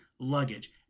luggage